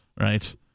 Right